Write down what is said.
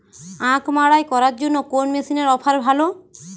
আখ মাড়াই করার জন্য কোন মেশিনের অফার ভালো?